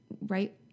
right